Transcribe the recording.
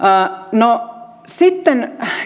sitten